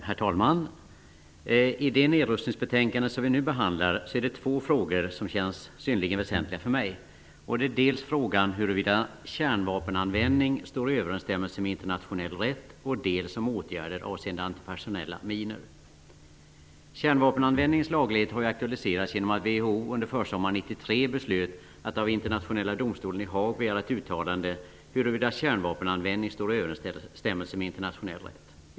Herr talman! I det nedrustningsbetänkande vi nu behandlar är det två frågor som känns synnerligen väsentliga för mig. Det är dels frågan huruvida kärnvapenanvändning står i överensstämmelse med internationell rätt, dels frågan om åtgärder avseende antipersonella minor. Kärnvapenanvändningens laglighet har ju aktualiserats genom att WHO under försommaren 1993 beslöt att av Internationella domstolen i Haag begära ett uttalande huruvida kärnvapenanvändning står i överensstämmelse med internationell rätt.